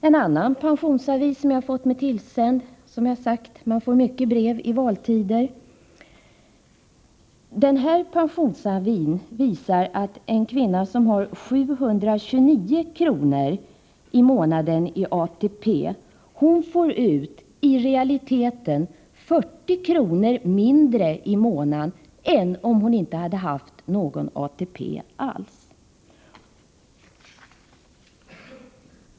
En annan pensionsavi som jag har fått mig tillsänd — man får, som sagt, många brev i valtider — visar att en kvinna som har 729 kr. i månaden i ATP i realiteten får ut 40 kr. mindre i månaden än om hon inte hade haft någon ATP alls.